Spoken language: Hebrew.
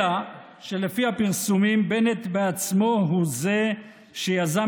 אלא שלפי הפרסומים בנט עצמו הוא זה שיזם